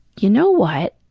you know what?